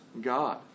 God